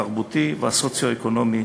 התרבותי והסוציו-אקונומי,